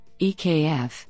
EKF